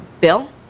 bill